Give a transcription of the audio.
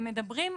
הם מדברים,